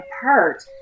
apart